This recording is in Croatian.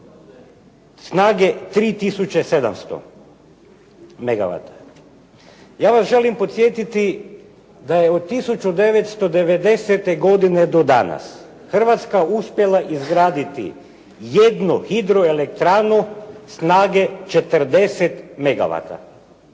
megawata. Ja vas želim podsjetiti da je od 1990. godine do danas, Hrvatska uspjela izgraditi jednu hidroelektranu snage 40